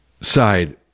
side